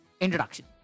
introduction